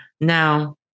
Now